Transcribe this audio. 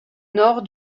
nord